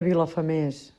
vilafamés